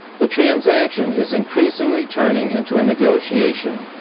the transaction is increasingly turning into a negotiation,